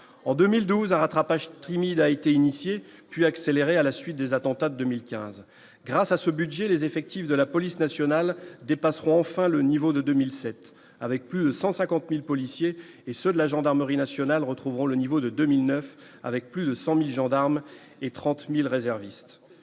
en 2012 un rattrapage timide a été initié puis accélérer à la suite des attentats 2015, grâce à ce budget, les effectifs de la police nationale dépasseront, enfin le niveau de 2007, avec plus de 150000 policiers et ceux de la gendarmerie nationale retrouveront le niveau de 2009 avec plus de 100000 gendarmes et 30000 réservistes